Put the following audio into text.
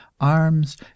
arms